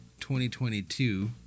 2022